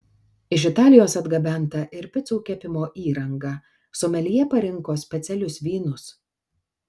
iš italijos atgabenta ir picų kepimo įranga someljė parinko specialius vynus